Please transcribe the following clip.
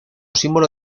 símbolo